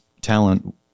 talent